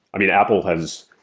i mean, apple has,